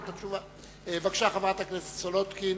בבקשה, חברת הכנסת סולודקין.